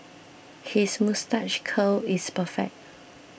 his moustache curl is perfect